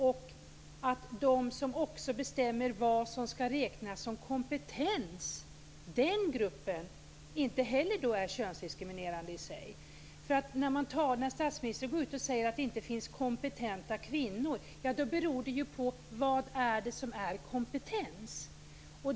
Samma sak gäller den grupp som bestämmer vad som skall räknas som kompetens. När statsministern går ut och säger att det inte finns kompetenta kvinnor beror ju det på vad som är kompetens.